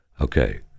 okay